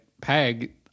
peg